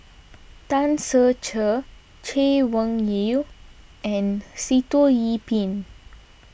Tan Ser Cher Chay Weng Yew and Sitoh Yih Pin